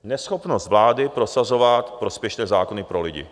Neschopnost vlády prosazovat prospěšné zákony pro lidi.